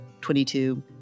22